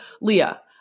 Leah